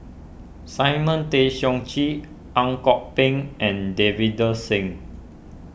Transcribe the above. Simon Tay Seong Chee Ang Kok Peng and Davinder Singh